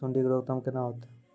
सुंडी के रोकथाम केना होतै?